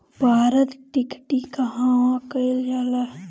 पारद टिक्णी कहवा कयील जाला?